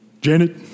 Janet